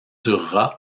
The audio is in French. durera